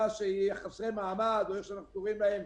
של חסרי מעמד או כמו שאנחנו קוראים להם